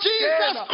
Jesus